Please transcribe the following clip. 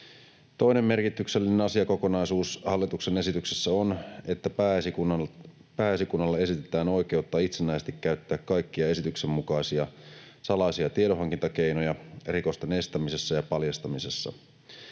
Toinen merkityksellinen asiakokonaisuus hallituksen esityksessä on, että Pääesikunnalle esitetään oikeutta itsenäisesti käyttää kaikkia esityksen mukaisia salaisia tiedonhankintakeinoja rikosten estämisessä ja paljastamisessa.